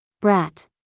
Brat